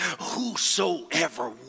whosoever